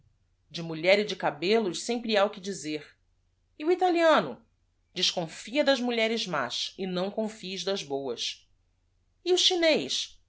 mulher e de cabellos empre ha o que dizer o italiano esconfia das mulheres más não confies dos boas o chinez